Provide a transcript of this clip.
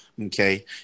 Okay